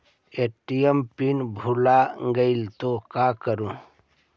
ATM PIN भुला जाए तो का करी?